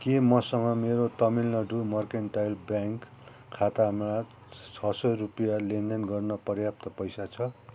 के मसँग मेरो तमिलनाड मर्केन्टाइल ब्याङ्क खातामा छ सौ रुपियाँ लेनदेन गर्न पर्याप्त पैसा छ